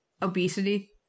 obesity